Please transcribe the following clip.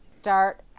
start